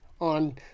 on